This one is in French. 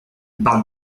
parle